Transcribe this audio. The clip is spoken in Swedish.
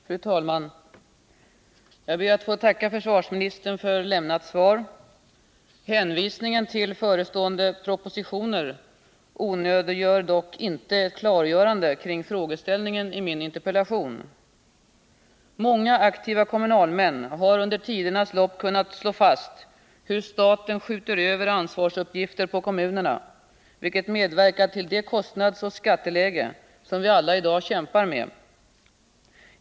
Fru talman! Jag ber att få tacka försvarsministern för lämnat svar. Hänvisningen till förestående propositioner onödiggör dock inte ett klargörande kring frågeställningen i min interpellation. Många aktiva kommunalmän har under tidernas lopp kunnat slå fast hur staten skjuter över ansvarsuppgifter på kommunerna, vilket medverkat till det kostnadsoch skatteläge som vi alla i dag kämpar med.